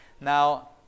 Now